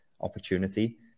opportunity